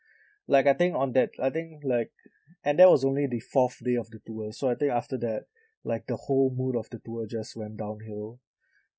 like I think on that I think like and that was only the fourth day of the tour so I think after that like the whole mood of the tour just went downhill